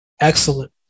Excellent